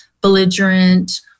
belligerent